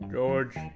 George